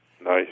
Nice